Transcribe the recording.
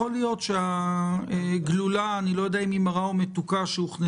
יכול להיות שהגלולה אני לא יודע אם היא מרה או מתוקה שהוכנסה